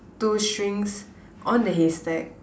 two strings on the haystack